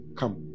come